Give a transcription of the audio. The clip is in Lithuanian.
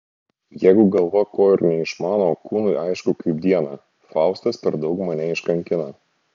jeigu galva ko ir neišmano kūnui aišku kaip dieną faustas per daug mane iškankino